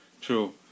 True